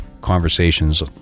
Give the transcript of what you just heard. conversations